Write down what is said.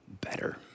better